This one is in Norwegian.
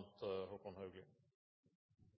en god